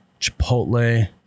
Chipotle